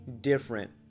different